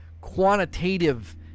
quantitative